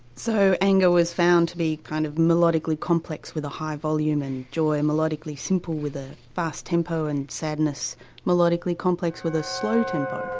so anger was found to be kind of melodically complex with a high volume, and joy melodically simple with a fast tempo, and sadness melodically complex with a slow tempo.